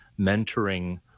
mentoring